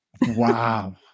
Wow